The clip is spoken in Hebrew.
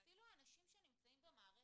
אפילו אנשים שנמצאים במערכת,